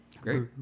Great